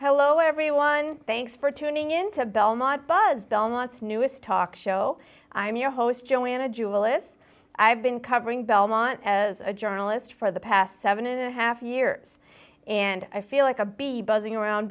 hello everyone thanks for tuning in to belmont buzz belmont's newest talk show i'm your host joanna jewell is i've been covering belmont as a journalist for the past seven and a half years and i feel like a be buzzing around